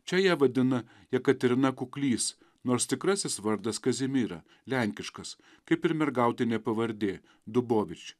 čia ją vadina jekaterina kuklys nors tikrasis vardas kazimira lenkiškas kaip ir mergautinė pavardė dubovič